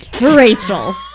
Rachel